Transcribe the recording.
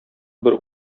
бер